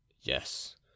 Yes